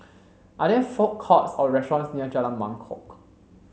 are there food courts or restaurants near Jalan Mangkok